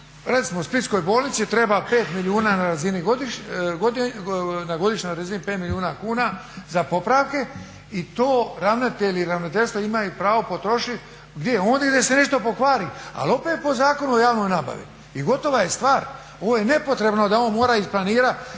recimo splitskoj bolnici treba 5 milijuna na razini godine, na godišnjoj razini 5 milijuna kuna za popravke i to ravnatelji i ravnateljstva imaju pravo potrošit gdje oni … da se nešto pokvari, ali opet po Zakonu o javnoj nabavi i gotova je stvar. Ovo je nepotrebno da on mora isplanirat,